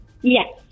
Yes